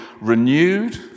renewed